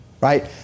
right